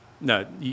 No